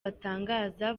atangaza